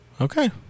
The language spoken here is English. Okay